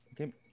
Okay